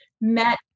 met